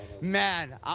Man